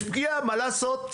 יש פגיעה, מה לעשות.